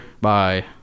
Bye